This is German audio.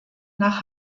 nach